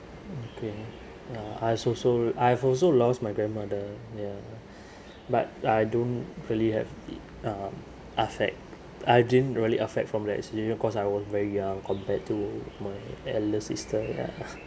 okay uh I've also I've also lost my grandmother ya but I don't really have uh affect I didn't really affect from that experience cause I was very young compared to my eldest sister ya